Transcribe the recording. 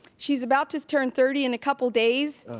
she's about to turn thirty in a couple days,